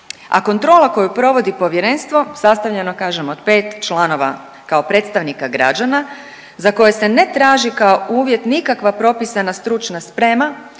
a kontrola koju provodi povjerenstvo sastavljeno kažem od 5 članova kao predstavnika građana za koje se ne traži kao uvjet nikakva propisana stručna sprema,